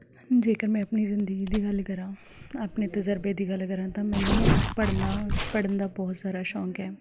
ਜੇਕਰ ਮੈਂ ਆਪਣੀ ਜ਼ਿੰਦਗੀ ਦੀ ਗੱਲ ਕਰਾਂ ਆਪਣੇ ਤਜਰਬੇ ਦੀ ਗੱਲ ਕਰਾਂ ਤਾਂ ਮੈਨੂੰ ਪੜ੍ਹਣਾ ਪੜ੍ਹਨ ਦਾ ਬਹੁਤ ਸਾਰਾ ਸ਼ੌਂਕ ਹੈ